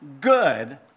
good